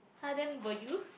!huh! then will you